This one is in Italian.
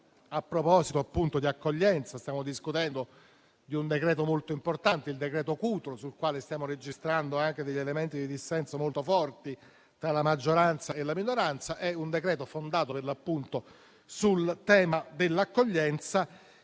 A proposito di accoglienza, stiamo discutendo di un decreto molto importante, il cosiddetto decreto Cutro, sul quale stiamo registrando anche degli elementi di dissenso molto forti tra la maggioranza e la minoranza. È un decreto-legge fondato, per l'appunto, sul tema dell'accoglienza e